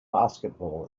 basketball